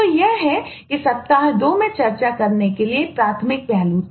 तो यह है कि सप्ताह 2 में चर्चा करने के लिए प्राथमिक पहलू था